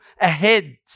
ahead